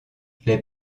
les